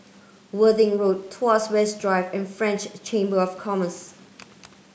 Worthing Road Tuas West Drive and French Chamber of Commerce